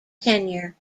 tenure